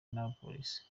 n’abapolisi